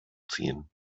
ziehen